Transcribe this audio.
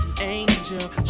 angel